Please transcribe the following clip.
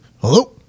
hello